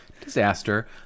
Disaster